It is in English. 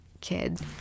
kids